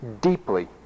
deeply